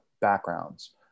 backgrounds